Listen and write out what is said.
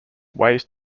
ways